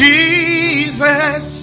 Jesus